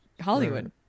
hollywood